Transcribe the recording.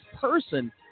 person